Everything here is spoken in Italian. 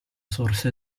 sorse